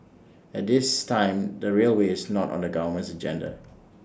at this time the railway is not on the government's agenda